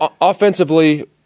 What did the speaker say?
offensively